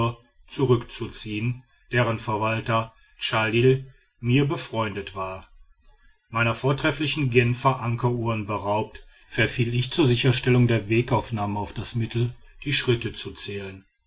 zurückzuziehen deren verwalter chalil mir befreundet war meiner vortrefflichen genfer ankeruhren beraubt verfiel ich zur sicherstellung der wegaufnahme auf das mittel die schritte zu zählen